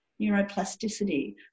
neuroplasticity